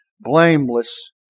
blameless